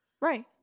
Right